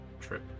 trip